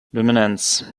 luminance